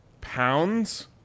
pounds